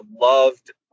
loved